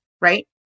right